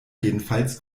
jedenfalls